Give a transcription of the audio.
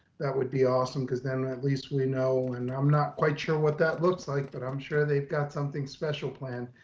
that would be awesome. cause then at least we know, and um not quite sure what that looks like, but i'm sure they've got something special plan.